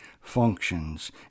functions